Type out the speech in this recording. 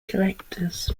collectors